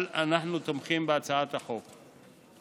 אנחנו תומכים בהצעת החוק.